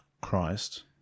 Christ